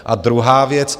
A druhá věc.